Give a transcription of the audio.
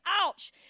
Ouch